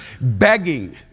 begging